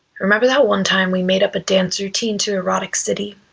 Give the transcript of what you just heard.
remember that one time we made up a dance routine to erotic city?